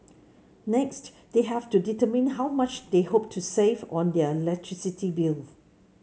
next they have to determine how much they hope to save on their electricity bill